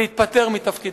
להתפטר מתפקידך.